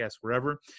wherever